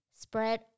spread